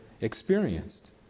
experienced